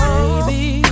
Baby